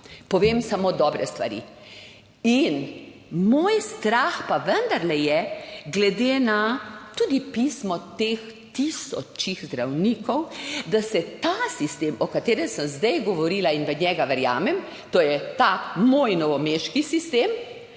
povem samo dobre stvari. In moj strah pa vendarle je glede na tudi pismo teh tisočih zdravnikov, da se ta sistem, o katerem sem zdaj govorila in v njega verjamem, to je ta moj novomeški sistem,